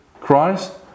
Christ